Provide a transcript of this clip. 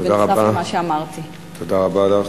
תודה רבה.